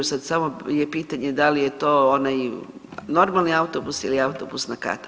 Sad samo je pitanje da li je to onaj normalni autobus ili autobus na kat.